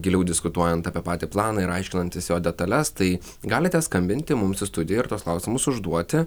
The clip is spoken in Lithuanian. giliau diskutuojant apie patį planą ir aiškinantis jo detales tai galite skambinti mums į studiją ir tuos klausimus užduoti